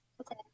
Okay